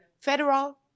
federal